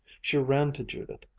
she ran to judith,